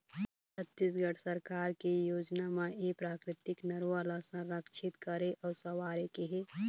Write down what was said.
छत्तीसगढ़ सरकार के योजना म ए प्राकृतिक नरूवा ल संरक्छित करे अउ संवारे के हे